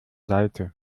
seite